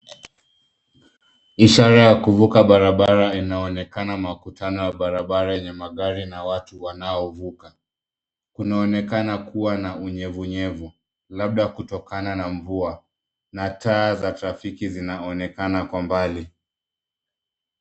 Ishara ya kuvuka barabara inaonekana makutano ya barabara yenye magari na watu wanaovuka. Kunaonekana kuwa na unyevunyevu labda kutokana na mvua, na taa za trafiki zinaonekana kwa mbali.